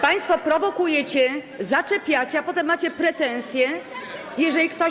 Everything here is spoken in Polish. Państwo prowokujecie, zaczepiacie, a potem macie pretensje, jeżeli ktoś.